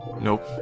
Nope